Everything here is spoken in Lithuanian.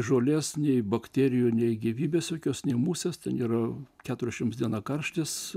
žolės nei bakterijų nei gyvybės jokios nė musės ten yra keturiasdešims dieną karštis